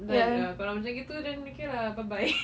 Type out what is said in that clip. kalau macam gitu then okay lah bye bye